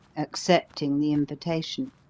accepting the invitation.